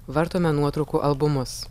vartome nuotraukų albumus